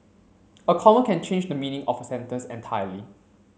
a comma can change the meaning of a sentence entirely